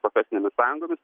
profesinėmis sąjungomis